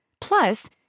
Plus